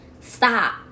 stop